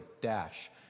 dash